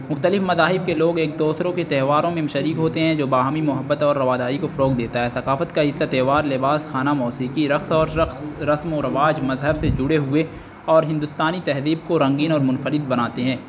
مختلف مذاہب کے لوگ ایک دوسروں کے تہواروں میں شریک ہوتے ہیں جو باہمی محبت اور رواداری کو فروغ دیتا ہے ثقافت کا ایسا تہوار لباس کھانا موسیقی رقص اور رقص رسم و رواج مذہب سے جڑے ہوئے اور ہندوستانی تہذیب کو رنگین اور منفرد بناتے ہیں